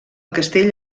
castell